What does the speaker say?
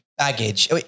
Baggage